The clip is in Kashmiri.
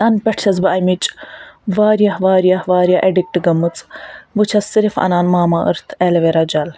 تَنہٕ پٮ۪ٹھٕ چھَس بہٕ ایٚمچ واریاہ واریاہ واریاہ ایٚڈِکٹہٕ گٔمٕژ بہٕ چھَس صِرف انان ماما أرتھ ایلویرا جَل